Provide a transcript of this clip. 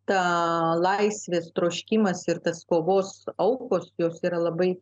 laisvės troškimas ir tas kovos aukos jau yra labai